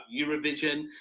Eurovision